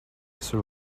sir